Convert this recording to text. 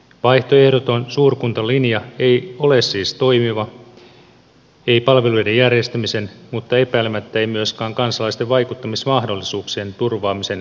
vaihtoehdoton suurkuntalinja ei ole siis toimiva ei palveluiden järjestämisen mutta epäilemättä ei myöskään kansalaisten vaikuttamismahdollisuuksien turvaamisen vuoksi